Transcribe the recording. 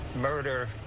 murder